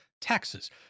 taxes